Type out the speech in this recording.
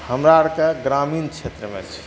हमरा आरके ए ग्रामीण क्षेत्रमे छै